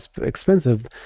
expensive